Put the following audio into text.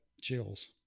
chills